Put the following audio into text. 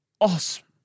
awesome